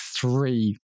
three